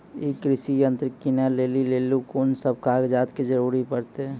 ई कृषि यंत्र किनै लेली लेल कून सब कागजात के जरूरी परतै?